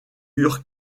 eurent